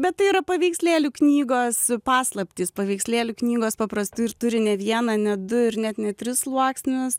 bet tai yra paveikslėlių knygos paslaptys paveikslėlių knygos paprastai ir turi ne vieną ne du ir net ne tris sluoksnius